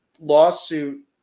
lawsuit